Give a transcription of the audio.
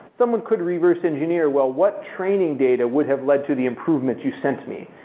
someone could reverse-engineer well, what training data would have led to the improvement you sent me?